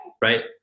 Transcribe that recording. Right